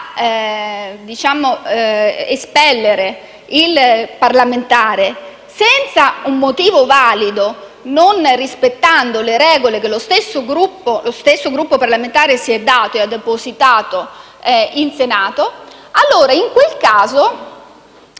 a espellere il parlamentare, senza un motivo valido, non rispettando le regole che lo stesso Gruppo parlamentare si è dato e ha depositato in Senato, in quel caso